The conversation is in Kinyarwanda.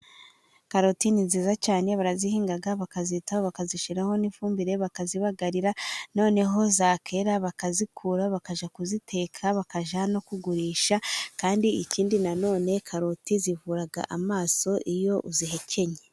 Karoti ni nziza cyane, barazihinga bakazitaho, bakazishiraho n'ifumbire, bakazibagarira noneho zakwera bakazikura, bakajya kuziteka, bakajya no kugurisha, kandi ikindi na none karoti zivura amaso, iyo uzihekenye.